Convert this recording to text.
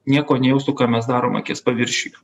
nieko nejaustų ką mes darom akies paviršiniuje